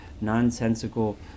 nonsensical